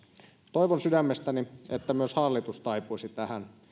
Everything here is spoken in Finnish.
toivon sydämestäni että myös hallitus taipuisi tähän